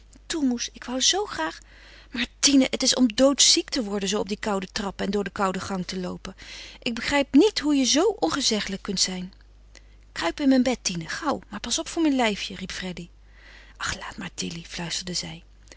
toe moes ik wou zoo graag maar tine het is om doodziek te worden zoo op die koude trappen en door de koude gang te loopen ik begrijp niet hoe je zoo ongezeggelijk kunt zijn kruip in mijn bed tine gauw maar pas op voor mijn lijfje riep freddy ach laat maar tilly fluisterde zij